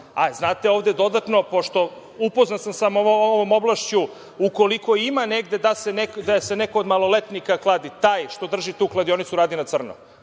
znate ovde dodatno, pošto sam upoznat sa ovom oblašću, ukoliko ima negde da se neko od maloletnika kladi, taj što drži tu kladionicu, radi na crno